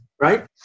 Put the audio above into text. right